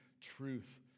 truth